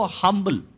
humble